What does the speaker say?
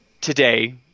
today